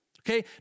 okay